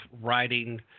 writing